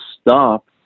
stop